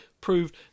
proved